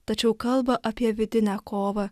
tačiau kalba apie vidinę kovą